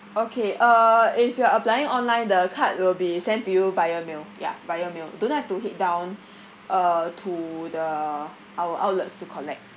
okay uh if you're applying online the card will be sent to you via mail ya via mail don't have to head down uh to the our outlets to collect